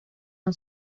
han